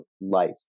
life